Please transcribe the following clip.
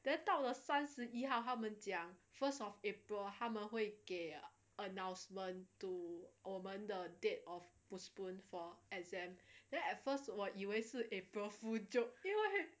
then 到底三十一号他们讲 first of april 他们会给 announcement to 我们的 date of postponed for exam then at first what 以为是 april fool's joke 因为